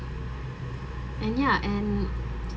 and ya and